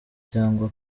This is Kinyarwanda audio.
cyangwa